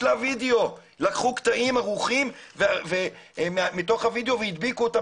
לקחו קטעים ערוכים מתוך הווידאו והדביקו אותם